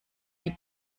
die